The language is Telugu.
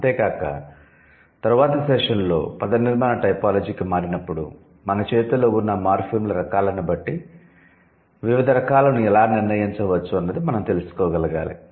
అంతే కాక తరువాతి సెషన్లో పదనిర్మాణ టైపోలాజీకి మారినప్పుడు మన చేతిలో ఉన్న మార్ఫిమ్ల రకాలను బట్టి వివిధ రకాలను ఎలా నిర్ణయించవచ్చు అన్నది మనం తెలుసుకోగలగాలి